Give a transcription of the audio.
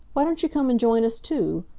why don't you come and join us, too?